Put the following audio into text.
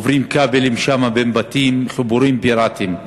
עוברים שם כבלים בין בתים, חיבורים פיראטיים.